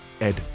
Ed